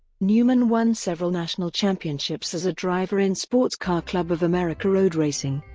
newman won several national championships as a driver in sports car club of america road racing,